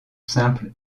simple